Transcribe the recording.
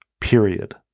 period